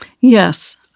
Yes